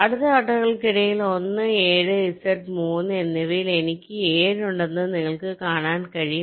അടുത്ത ഘട്ടങ്ങൾക്കിടയിൽ 1 7 Z 3 എന്നിവയിൽ എനിക്ക് 7 ഉണ്ടെന്ന് നിങ്ങൾക്ക് കാണാൻ കഴിയും